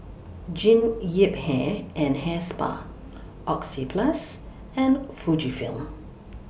Jean Yip Hair and Hair Spa Oxyplus and Fujifilm